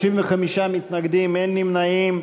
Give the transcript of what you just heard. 35 מתנגדים, אין נמנעים.